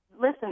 listen